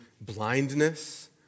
blindness